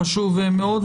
חשוב מאוד.